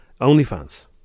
OnlyFans